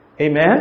Amen